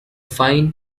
fine